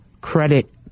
credit